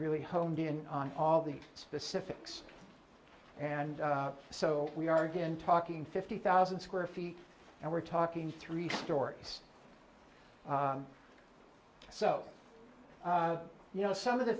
really honed in on all the specifics and so we are again talking fifty thousand square feet and we're talking three stories so you know some of the